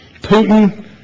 Putin